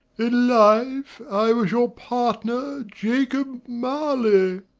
in life i was your partner, jacob marley.